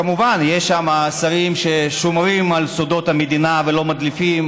כמובן יש שם שרים ששומרים על סודות המדינה ולא מדליפים,